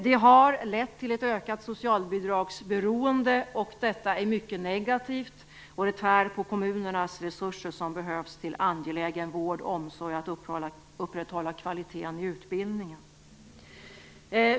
Det har lett till ett ökat socialbidragsberoende, vilket är mycket negativt och tärande på kommunernas resurser som behövs till angelägen vård och omsorg och för upprätthållandet av kvaliteten i utbildningen.